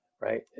Right